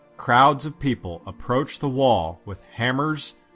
crowds of people approached the wall with hammers,